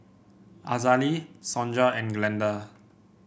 Azalee Sonja and Glenda